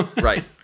right